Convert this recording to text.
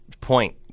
point